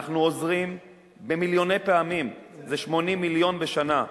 אנחנו עוזרים במיליוני פעמים, זה 80 מיליון בשנה,